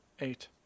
Eight